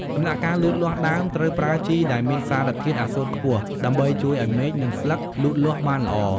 ដំណាក់កាលលូតលាស់ដើម ត្រូវប្រើជីដែលមានសារធាតុ អាសូតខ្ពស់ ដើម្បីជួយឱ្យមែក និងស្លឹកលូតលាស់បានល្អ។